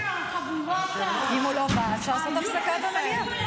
אם הוא לא בא, אפשר לעשות הפסקה במליאה.